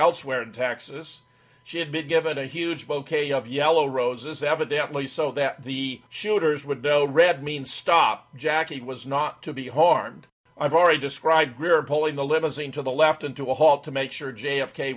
elsewhere in texas she had been given a huge bouquets of yellow roses evidently so that the shooters would know red means stop jackie was not to be harmed i've already described greer polling the limousine to the left and to a halt to make sure j